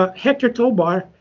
ah rector tobar,